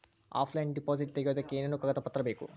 Offline deposit ತೆಗಿಯೋದಕ್ಕೆ ಏನೇನು ಕಾಗದ ಪತ್ರ ಬೇಕು?